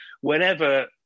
Whenever